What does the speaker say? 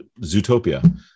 Zootopia